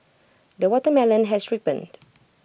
the watermelon has ripened